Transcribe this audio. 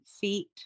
feet